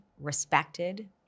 respected